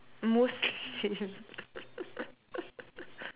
mostly